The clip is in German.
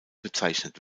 bezeichnet